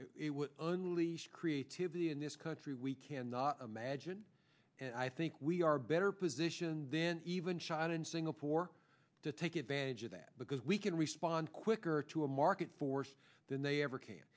would unleash creativity in this country we cannot imagine and i think we are better positioned than even china and singapore to take advantage of that because we can respond quicker to a market force than they ever ca